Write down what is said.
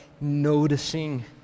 noticing